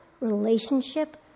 relationship